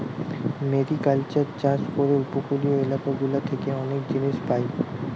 mariculture চাষ করে উপকূলীয় এলাকা গুলা থেকে অনেক জিনিস পায়